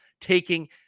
taking